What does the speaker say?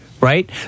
right